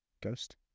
ghost